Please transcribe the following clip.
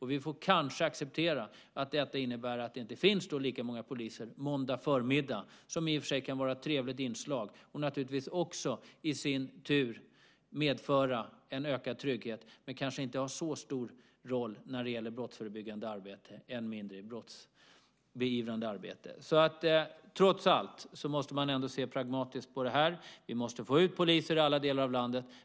Vi får kanske acceptera att detta innebär att det inte finns lika många poliser ute på måndag förmiddag. Det kan i och för sig vara ett trevligt inslag och naturligtvis i sin tur medföra en ökad trygghet, men är kanske inte av så stor betydelse när det gäller brottsförebyggande arbete, än mindre brottsbeivrande arbete. Trots allt måste man ändå se pragmatiskt på det här. Vi måste få ut poliser i alla delar av landet.